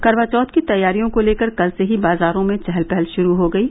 करवा चौथ की तैयारियों को लेकर कल से ही बाजारों में चहल पहल शुरू हो गयी